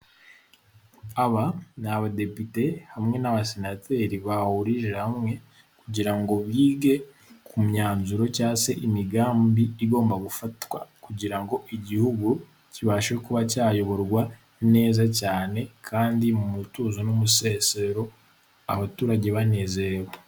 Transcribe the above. Aba ni abadepite hamwe n'abasenateri bahurije hamwe kugira ngo bige ku myanzuro cyangwa se imigambi igomba gufatwa, kugira ngo igihugu kibashe kuba cyayoborwa neza cyane kandi mu mutuzo n'umusesero abaturage banezerewe.